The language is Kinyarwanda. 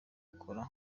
cola